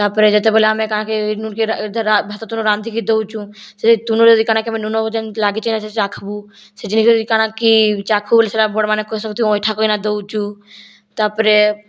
ତା'ପରେ ଯେତେବେଲେ ଆମେ କାହାକେ ଭାତ ତୁନ୍ ରାନ୍ଧିକି ଦଉଛୁ ସେଇ ତୁନରେ ଯଦି କା'ଣା କେବେ ନୁଣ ଲାଗିଛେ ଯଦି ଚାଖବୁ କାଣା'କି ଚାଖବୁ ବୋଲି ସେଟା ବଡ଼ମାନେ କହେସନ ତୁଇ ଅଇଁଠା କରିକିନା ଦେଉଛୁ ତା'ପରେ